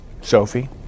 Sophie